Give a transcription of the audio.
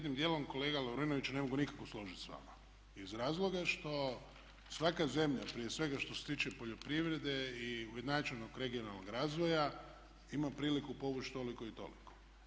Ja se u jednom dijelu kolega Lovrinović ne mogu nikako složiti s vama iz razloga što svaka zemlja prije svega što se tiče poljoprivrede i ujednačenog regionalnog razvoja ima priliku povući toliko i toliko.